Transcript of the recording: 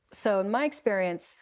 so in my experience,